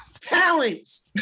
talents